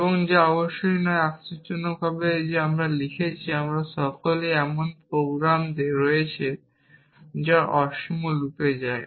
এবং যা অবশ্যই নয় আশ্চর্যজনক যে আমরা লিখেছি আমাদের সকলেরই এমন প্রোগ্রাম রয়েছে যা অসীম লুপে যায়